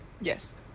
Yes